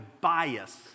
bias